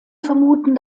vermuten